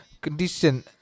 condition